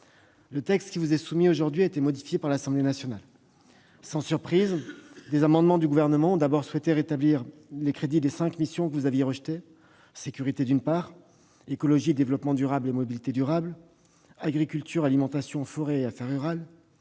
Le texte qui vous est soumis aujourd'hui a été modifié par l'Assemblée nationale. Sans surprise, le Gouvernement a d'abord souhaité rétablir les crédits des cinq missions que vous aviez rejetées :« Sécurités »,« Écologie, développement et mobilité durables »,« Agriculture, alimentation, forêt et affaires rurales